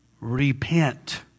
Repent